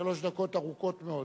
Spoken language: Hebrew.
בשלוש דקות ארוכות מאוד.